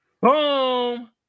Boom